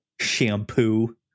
shampoo